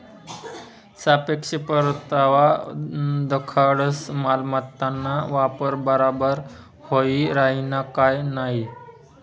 सापेक्ष परतावा दखाडस मालमत्ताना वापर बराबर व्हयी राहिना का नयी